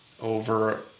over